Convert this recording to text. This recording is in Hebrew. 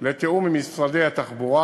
לתיאום עם משרדי התחבורה,